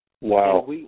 Wow